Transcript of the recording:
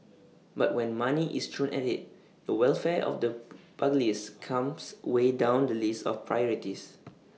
but when money is thrown at IT the welfare of the pugilists comes way down the list of privatise